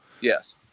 yes